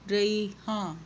ਰਹੀ ਹਾਂ